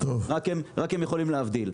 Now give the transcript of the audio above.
רק הם יכולים להבדיל.